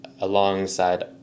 alongside